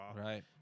Right